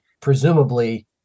presumably